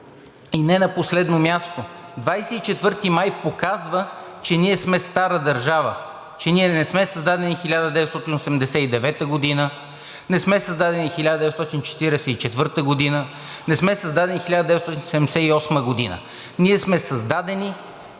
И не на последно място, 24 май показва, че ние сме стара държава, че ние не сме създадени 1989 г., не сме създадени 1944 г., не сме създадени 1878 г. Ние сме създадени